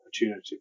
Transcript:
opportunity